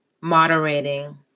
moderating